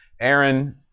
Aaron